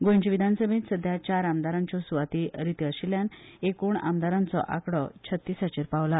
गोंयचे विधानसभेंत सध्या चार आमदारांच्यो सुवातो रित्यो आशिल्ल्यान एकूण आमदारांचो आंकडो छत्तीसाचेर पावला